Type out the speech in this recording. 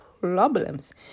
problems